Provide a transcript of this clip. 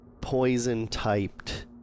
poison-typed